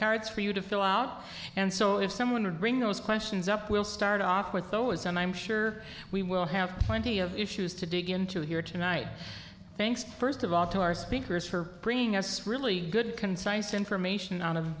cards for you to fill out and so if someone would bring those questions up we'll start off with those and i'm sure we will have plenty of issues to dig into here tonight thanks first of all to our speakers for bringing us really good concise information o